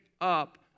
up